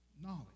knowledge